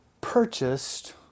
purchased